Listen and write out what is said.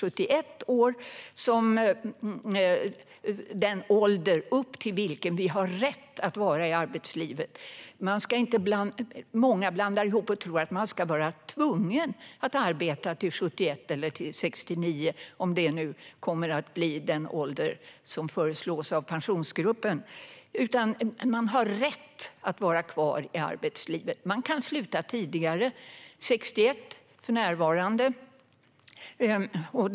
Vi vill att man ska ha rätt att vara i arbetslivet till 71 års ålder. Många blandar ihop detta och tror att man ska vara tvungen att arbeta tills man är 71 år eller 69 år eller vilken ålder som kommer att föreslås av Pensionsgruppen. Men man ska ha rätt att vara kvar i arbetslivet upp till denna ålder, men man kan sluta tidigare. För närvarande kan man sluta vid 61 års ålder.